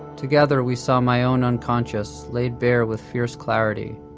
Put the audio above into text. together we saw my own unconscious laid bare with fierce clarity.